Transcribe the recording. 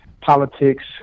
politics